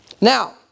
Now